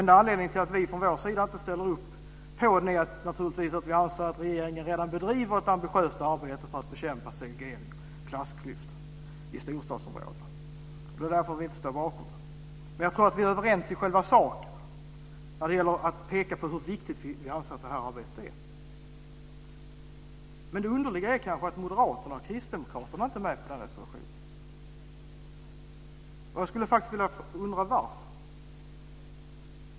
Enda anledningen till att vi från vår sida inte ställer upp på reservationen är att vi anser att regeringen redan bedriver ett ambitiöst arbete för att bekämpa segregering och klassklyftor i storstadsområdena. Det är därför vi inte står bakom reservationen. Men vi är överens i sakfrågan när det gäller att peka på hur viktigt arbetet är. Det underliga är att Moderaterna och Kristdemokraterna inte är med på den reservationen. Jag undrar varför.